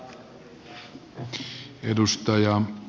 arvoisa puhemies